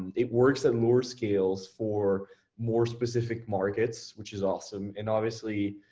it works at lower scales for more specific markets, which is awesome, and obviously,